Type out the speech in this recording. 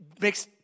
makes